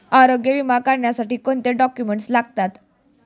आरोग्य विमा काढण्यासाठी कोणते डॉक्युमेंट्स लागतात?